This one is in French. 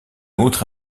autre